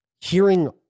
hearing